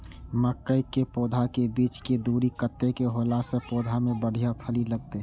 मके के पौधा के बीच के दूरी कतेक होला से पौधा में बढ़िया फली लगते?